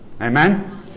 Amen